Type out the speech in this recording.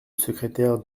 secrétaire